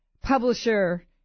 publisher